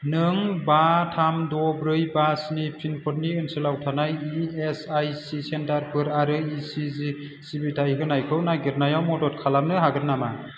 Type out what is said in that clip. नों बा थाम द' ब्रै बा स्नि पिन कडनि ओनसोलाव थानाय इएसआईसि सेन्टारफोर आरो इसिजि सिबिथाइ होनायखौ नागिरनायाव मदद खालामनो हागोन नामा